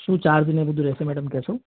શું ચાર્જને બધું રહેશે મેડમ કહેશો